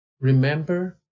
remember